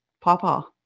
papa